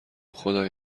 خدای